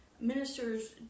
ministers